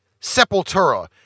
Sepultura